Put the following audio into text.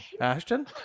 Ashton